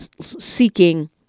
seeking